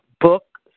book